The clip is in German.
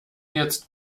jetzt